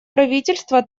правительства